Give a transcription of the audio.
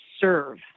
serve